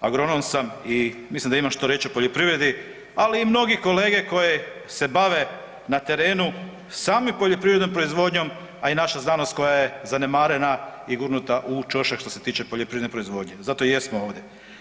agronom sam i mislim da imam što reći o poljoprivredi, ali i mnogi kolege koji se bave na terenu sami poljoprivrednom proizvodnjom, a i naša znanost, koja je zanemarena i gurnuta u ćošak što se tiče poljoprivredne proizvodnje, zato i jesmo ovdje.